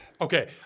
Okay